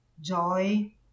joy